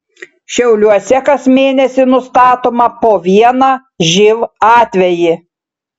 šiauliuose kas mėnesį nustatoma po vieną živ atvejį